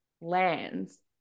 lands